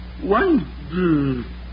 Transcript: One